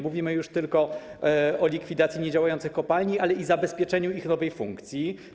Mówimy już nie tylko o likwidacji niedziałających kopalni, lecz także o zabezpieczeniu ich nowej funkcji.